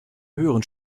höheren